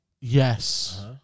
Yes